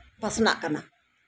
ᱯᱟᱥᱱᱟᱜ ᱠᱟᱱᱟ